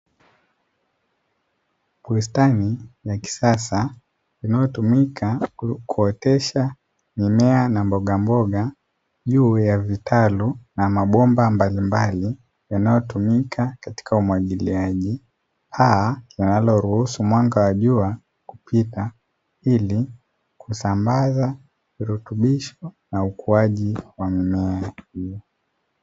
Bustani ya kisasa inayotumika kuotesha mimea na mbogamboga juu ya vitalu na mabomba mbalimbali yanayotumika katika umwagiliaji. Paa linaloruhusu mwanga wa jua kupita ili kusambaza virutubisho na ukuaji wa mimea hiyo.